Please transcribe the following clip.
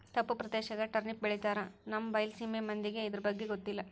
ತಪ್ಪು ಪ್ರದೇಶದಾಗ ಟರ್ನಿಪ್ ಬೆಳಿತಾರ ನಮ್ಮ ಬೈಲಸೇಮಿ ಮಂದಿಗೆ ಇರ್ದಬಗ್ಗೆ ಗೊತ್ತಿಲ್ಲ